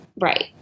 right